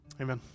Amen